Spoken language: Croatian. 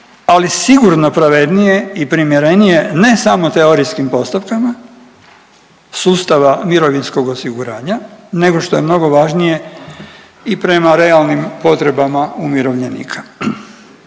ali sigurno pravednije i primjerenije ne samo teorijskim postavkama sustava mirovinskog osiguranja nego što je mnogo važnije i prema realnim potrebama umirovljenika.